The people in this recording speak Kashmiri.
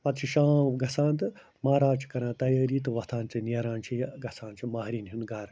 پتہٕ چھِ شام گژھان تہٕ مہراز چھِ کران تیٲری تہٕ وۄتھان چھِ نٮ۪ران چھِ یہِ گژھان چھِ مَہرٕنۍ ہُنٛد گَرٕ